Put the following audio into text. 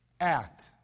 act